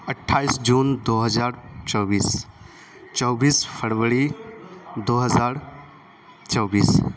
اٹھائیس جون دو ہار چوبیس چوبیس فروری دو ہزار چوبیس